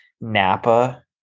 NAPA